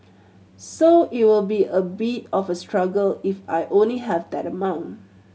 so it will be a bit of a struggle if I only have that amount